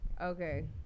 Okay